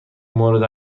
مورد